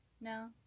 No